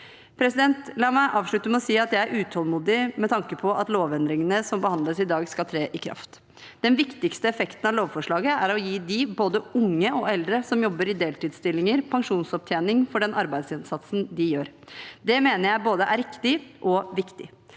regelendring. La meg avslutte med å si at jeg er utålmodig med tanke på at lovendringene som behandles i dag, skal tre i kraft. Den viktigste effekten av lovforslaget er å gi dem, både unge og eldre som jobber i deltidsstillinger, pensjonsopptjening for den arbeidsinnsatsen de gjør. Det mener jeg er både riktig og viktig.